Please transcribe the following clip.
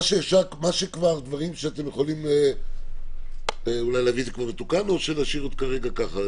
יש דברים שכבר אתם יכולים אולי להביא מתוקנים או שנשאיר כרגע ככה,